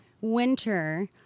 winter